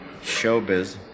showbiz